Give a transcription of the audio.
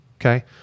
Okay